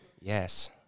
Yes